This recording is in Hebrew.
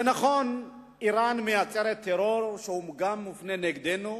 זה נכון, אירן מייצרת טרור שהוא גם מופנה נגדנו.